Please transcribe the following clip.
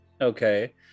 Okay